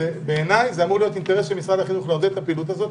בעיני זה אמור להיות אינטרס של משרד החינוך לעודד את הפעילות הזו,